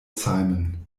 simon